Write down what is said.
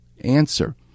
answer